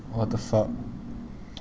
what the fuck